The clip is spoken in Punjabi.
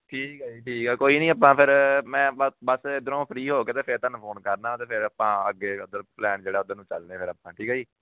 ਠੀਕ ਆ ਜੀ ਠੀਕ ਆ ਕੋਈ ਨਹੀਂ ਆਪਾਂ ਫਿਰ ਮੈਂ ਬਸ ਬਸ ਇੱਧਰੋਂ ਫਰੀ ਹੋ ਕੇ ਅਤੇ ਫਿਰ ਤੁਹਾਨੂੰ ਫੋਨ ਕਰਦਾ ਅਤੇ ਫਿਰ ਆਪਾਂ ਅੱਗੇ ਉੱਧਰ ਪਲੈਨ ਜਿਹੜਾ ਉੱਧਰ ਚੱਲਦੇ ਹਾਂ ਫਿਰ ਆਪਾਂ ਠੀਕ ਆ ਜੀ